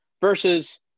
versus